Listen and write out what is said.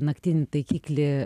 naktinį taikiklį